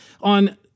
on